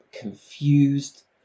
confused